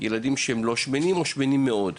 ילדים לא שמנים או שיש שם ילדים שמנים מאוד.